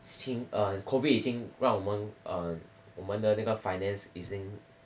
since err COVID 已经让我们 err 我们的那个 finance is in